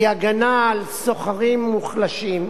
היא הגנה על שוכרים מוחלשים,